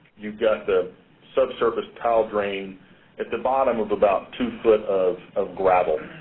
you've got the subsurface tile drain at the bottom of about two foot of of gravel.